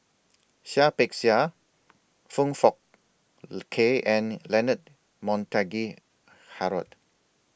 Seah Peck Seah Foong Fook Kay and Leonard Montague Harrod